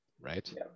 right